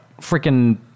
freaking